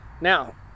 now